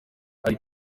hari